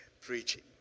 preaching